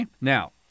Now